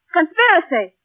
conspiracy